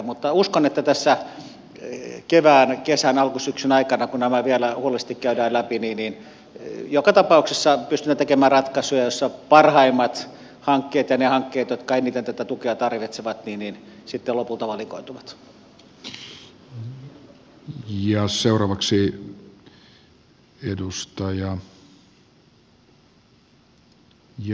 mutta uskon että tässä kevään kesän alkusyksyn aikana kun nämä vielä huolellisesti käydään läpi joka tapauksessa pystymme tekemään ratkaisuja joissa parhaimmat hankkeet ja ne hankkeet jotka eniten tätä tukea tarvitsevat sitten lopulta valikoituvat